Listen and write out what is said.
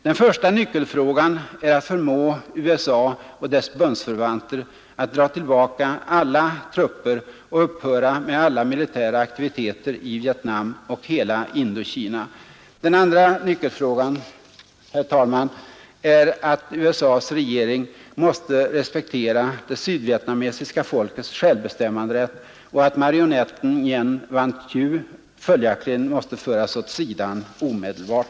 Den första nyckelfrågan är att förmå USA och dess bundsförvanter att dra tillbaka alla trupper och upphöra med alla militära aktiviteter i Vietnam och hela Indokina. Den andra nyckelfrågan, herr talman, är att USA:s regering måste respektera det sydvietnamesiska folkets självbestämmanderätt och att marionetten Nguyen Van Thieu följaktligen måste föras åt sidan omedelbart.